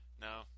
no